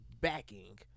backing